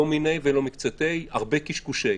לא מניה ולא מקצתיה, הרבה "קשקושיה".